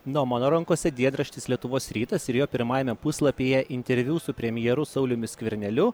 na o mano rankose dienraštis lietuvos rytas ir jo pirmajame puslapyje interviu su premjeru sauliumi skverneliu